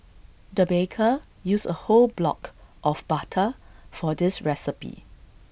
the baker used A whole block of butter for this recipe